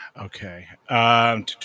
Okay